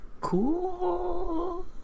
cool